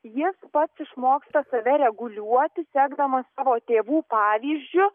jis pats išmoksta save reguliuoti sekdamas savo tėvų pavyzdžiu